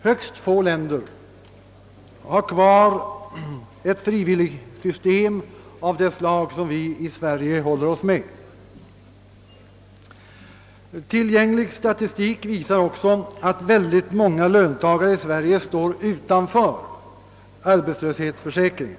Högst få länder har kvar ett frivilligsystem av det slag som vi i Sverige håller oss med. Tillgänglig statistik visar också att synnerligen många löntagare i Sverige står utanför arbetslöshetsförsäkringen.